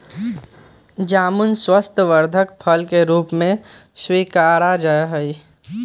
जामुन स्वास्थ्यवर्धक फल के रूप में स्वीकारा जाहई